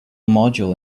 module